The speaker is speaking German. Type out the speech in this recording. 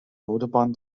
autobahn